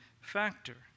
factor